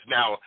now